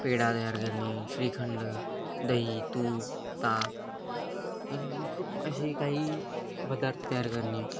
पेढा तयार करणे श्रीखंड दही तूप ताक असे खूप असे काही पदार्थ तयार करणे